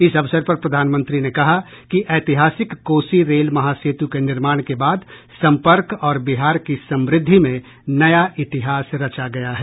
इस अवसर पर प्रधानमंत्री ने कहा कि ऐतिहासिक कोसी रेल महासेतु के निर्माण के बाद सम्पर्क और बिहार की समृद्धि में नया इतिहास रचा गया है